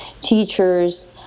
teachers